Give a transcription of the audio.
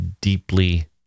deeply